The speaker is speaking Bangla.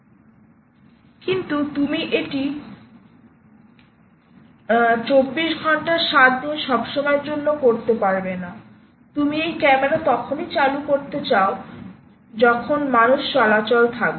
কিন্তু তুমি এটি 247 সবসময়ের জন্য করতে পারবে না তুমি এই ক্যামেরা তখনই চালু করতে চাও যখন মানুষ চলাচল থাকবে